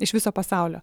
iš viso pasaulio